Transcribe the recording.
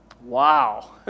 Wow